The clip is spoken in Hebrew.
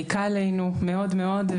מעיקה עלינו מאוד-מאוד.